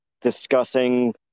discussing